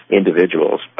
individuals